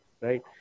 right